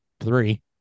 three